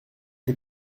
que